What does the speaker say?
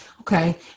Okay